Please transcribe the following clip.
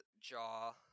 Jaw